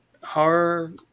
horror